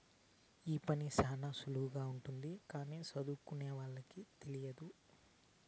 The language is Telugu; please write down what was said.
ఈ పని శ్యానా సులువుగానే ఉంటది కానీ సదువుకోనోళ్ళకి తెలియదు